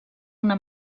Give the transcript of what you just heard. una